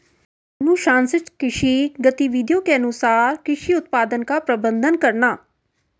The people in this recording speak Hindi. अनुशंसित कृषि गतिविधियों के अनुसार कृषि उत्पादन का प्रबंधन करना